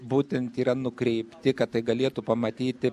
būtent yra nukreipti kad tai galėtų pamatyti